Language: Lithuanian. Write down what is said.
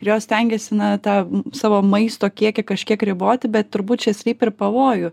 ir jos stengiasi na tą savo maisto kiekį kažkiek riboti bet turbūt čia slypi ir pavojų